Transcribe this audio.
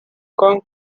kong